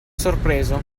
sorpreso